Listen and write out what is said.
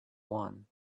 won